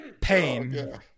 pain